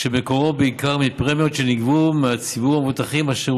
שמקורו בעיקר מפרמיות שנגבו מציבור המבוטחים אשר